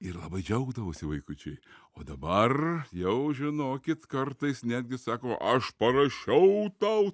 ir labai džiaugdavosi vaikučiai o dabar jau žinokit kartais netgi sako aš parašau tau